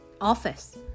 Office